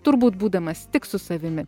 turbūt būdamas tik su savimi